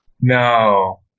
No